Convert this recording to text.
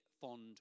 fond